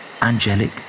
Angelic